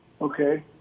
Okay